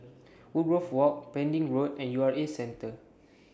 Woodgrove Walk Pending Road and U R A Centre